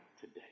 today